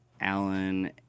Alan